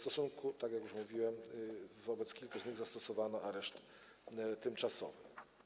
Tak jak już mówiłem, wobec kilku osób zastosowano areszt tymczasowy.